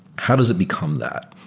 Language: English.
how does it become that?